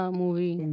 movie